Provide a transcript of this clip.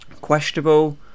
questionable